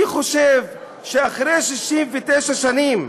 אני חושב שאחרי 69 שנים,